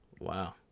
wow